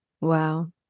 Wow